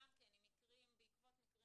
גם כן בעקבות מקרים